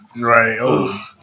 Right